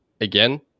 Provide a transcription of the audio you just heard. Again